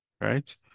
right